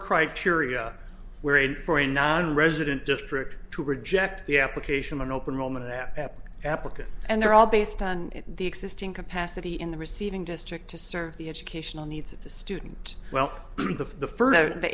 criteria were made for a nonresident district to reject the application opened moment that applicant and they're all based on the existing capacity in the receiving district to serve the educational needs of the student well of the